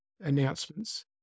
announcements